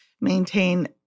maintain